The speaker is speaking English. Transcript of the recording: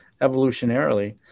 evolutionarily